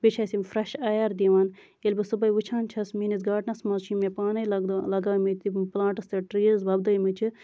بیٚیہِ چھِ اَسہِ یِم فریش اَیر دِوان ییٚلہِ بہٕ صبُحٲے وٕچھان چھَس میٲنِس گاڈنَس منٛز چھِ مےٚ پانَے لَگان مےٚ تِم پٔلانٹٔس تہٕ ٹریٖز وۄپدٲومٕتۍ چھِ